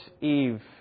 Eve